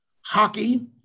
hockey